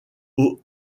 aux